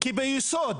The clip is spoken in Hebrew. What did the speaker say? כי ביסוד